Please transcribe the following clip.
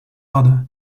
odor